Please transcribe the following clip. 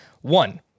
One